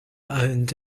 earned